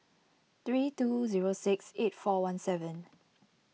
three two zero six eight four one seven